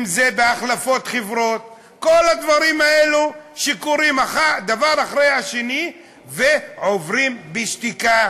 אם בהחלפת חברות כל הדברים האלה קורים האחד אחרי השני ועוברים בשתיקה.